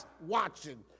watching